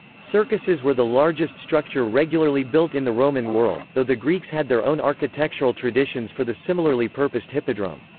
circuses were the largest structure regularly built in the roman world, though the greeks had their own architectural traditions for the similarly purposed hippodrome.